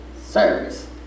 service